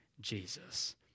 Jesus